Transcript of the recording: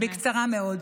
בקצרה מאוד.